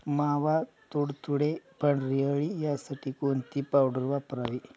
मावा, तुडतुडे, पांढरी अळी यासाठी कोणती पावडर वापरावी?